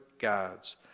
gods